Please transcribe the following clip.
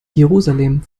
jerusalem